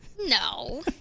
No